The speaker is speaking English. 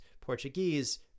Portuguese